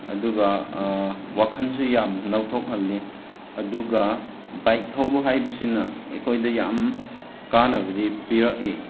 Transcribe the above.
ꯑꯗꯨꯒ ꯋꯥꯈꯟꯁꯨ ꯌꯥꯝ ꯅꯧꯊꯣꯛꯍꯜꯂꯤ ꯑꯗꯨꯒ ꯕꯥꯏꯛ ꯊꯧꯕ ꯍꯥꯏꯕꯁꯤꯅ ꯑꯩꯈꯣꯏꯗ ꯌꯥꯝ ꯀꯥꯟꯅꯕꯗꯤ ꯄꯤꯔꯛꯏ